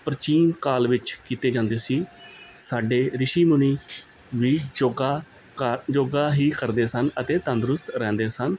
ਪ੍ਰਾਚੀਨ ਕਾਲ ਵਿੱਚ ਕੀਤੇ ਜਾਂਦੇ ਸੀ ਸਾਡੇ ਰਿਸ਼ੀ ਮੁਨੀ ਵੀ ਯੋਗਾ ਕ ਯੋਗਾ ਹੀ ਕਰਦੇ ਸਨ ਅਤੇ ਤੰਦਰੁਸਤ ਰਹਿੰਦੇ ਸਨ